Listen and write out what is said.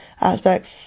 aspects